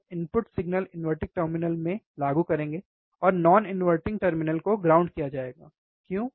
हम input signal inverting terminal में लागू करेंगे और नॉन इनवर्टिंग टर्मिनल को ग्राउंड किया जाएगा क्यों